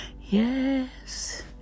yes